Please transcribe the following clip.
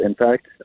impact